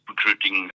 Recruiting